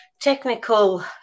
technical